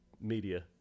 media